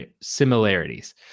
similarities